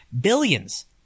Billions